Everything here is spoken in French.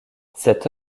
cette